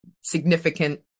significant